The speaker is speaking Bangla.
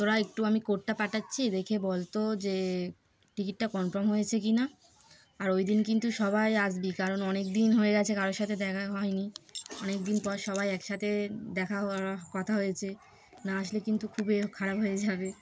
তোরা একটু আমি কোর্টটা পাঠাচ্ছি দেখে বলতো যে টিকিটটা কনফার্ম হয়েছে কি না আর ওই দিন কিন্তু সবাই আসবি কারণ অনেক দিন হয়ে গেছে কারোর সাথে দেখা হয়নি অনেক দিন পর সবাই একসাথে দেখা হওয় কথা হয়েছে না আসলে কিন্তু খুবই খারাপ হয়ে যাবে